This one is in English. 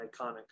iconic